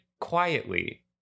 quietly